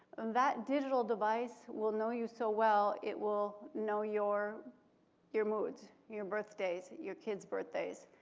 that digital device will know you so well, it will know your your moods, your birthdays, your kids' birthdays.